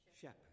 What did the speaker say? shepherd